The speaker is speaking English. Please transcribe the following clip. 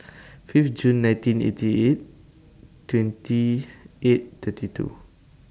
five June nineteen eighty eight twenty eight thirty two